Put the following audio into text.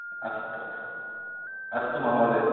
अस्तु अस्तु अस्तु महोदय